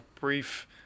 brief